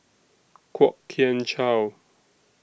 Kwok Kian Chow